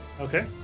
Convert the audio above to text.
Okay